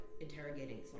interrogating